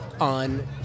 on